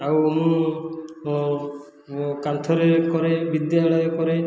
ଆଉ ମୁଁ କାନ୍ଥରେ କରେ ବିଦ୍ୟାଳୟ କରେ